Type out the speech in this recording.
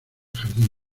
jardín